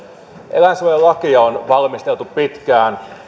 eläinsuojelulakia on valmisteltu pitkään